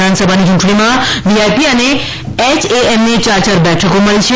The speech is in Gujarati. વિધાનસભાની યૂંટણીમાં વીઆઈપી અને એચએએમને ચાર ચાર બેઠકો મળી છે